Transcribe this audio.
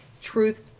Truth